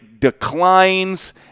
Declines